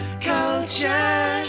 culture